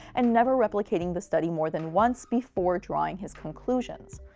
and never replicating the study more than once before drawing his conclusions.